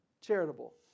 charitable